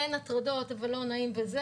אין הטרדות אבל לא נעים וכו',